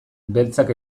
beltzak